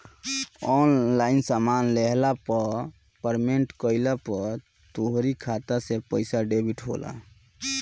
online सामान लेहला पअ पेमेंट कइला पअ तोहरी खाता से पईसा डेबिट होला